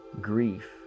Grief